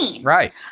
Right